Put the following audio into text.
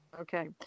okay